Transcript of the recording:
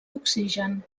oxigen